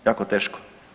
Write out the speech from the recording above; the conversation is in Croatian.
Jako teško.